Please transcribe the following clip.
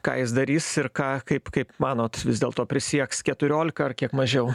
ką jis darys ir ką kaip kaip manot vis dėlto prisieks keturiolika ar kiek mažiau